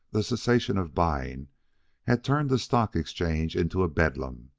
the cessation of buying had turned the stock exchange into a bedlam,